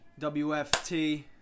WFT